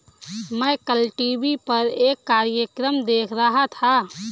मैं कल टीवी पर एक कार्यक्रम देख रहा था